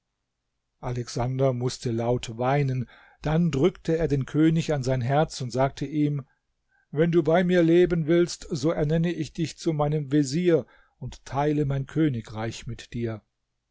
alexander mußte laut weinen dann drückte er den könig an sein herz und sagte ihm wenn du bei mir leben willst so ernenne ich dich zu meinen vezier und teile mein königreich mit dir